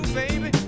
baby